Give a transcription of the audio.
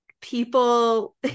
people